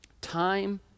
Time